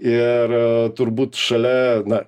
ir turbūt šalia na